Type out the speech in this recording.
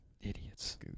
Idiots